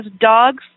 dogs